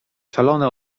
szalone